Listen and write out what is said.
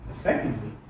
effectively